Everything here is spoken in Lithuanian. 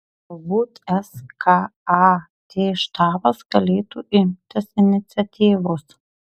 galbūt skat štabas galėtų imtis iniciatyvos